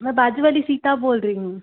मैं बाज़ू वाली सीता बोल रही हूँ